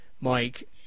Mike